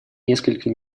несколько